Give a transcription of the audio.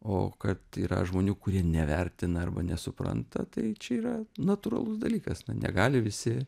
o kad yra žmonių kurie nevertina arba nesupranta tai čia yra natūralus dalykas na negali visi